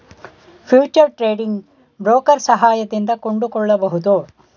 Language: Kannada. ಫ್ಯೂಚರ್ ಟ್ರೇಡಿಂಗ್ ಬ್ರೋಕರ್ ಸಹಾಯದಿಂದ ಕೊಂಡುಕೊಳ್ಳಬಹುದು